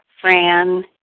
Fran